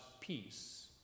peace